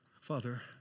Father